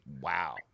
Wow